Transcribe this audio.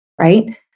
right